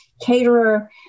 caterer